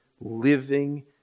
living